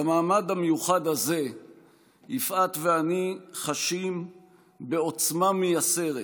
במעמד המיוחד הזה יפעת ואני חשים בעוצמה מייסרת